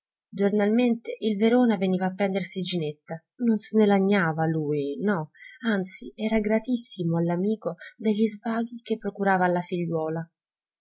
giornalmente il verona veniva a prendersi ginetta non se ne lagnava lui no anzi era gratissimo all'amico degli svaghi che procurava alla figliuola